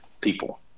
people